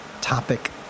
topic